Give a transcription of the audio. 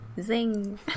Zing